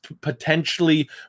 potentially